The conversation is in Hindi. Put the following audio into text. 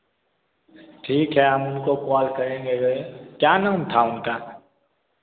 ठीक है हम उनको कॉल करेंगे अभी क्या नाम था उनका